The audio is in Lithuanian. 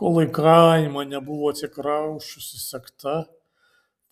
kol į kaimą nebuvo atsikrausčiusi sekta